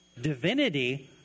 divinity